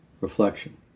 Reflection